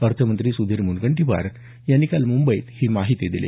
अर्थमंत्री सुधीर मुनगंटीवार यांनी काल मुंबईत ही माहिती दिली